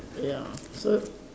ya so